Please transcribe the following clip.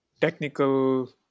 technical